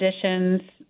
conditions